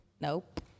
Nope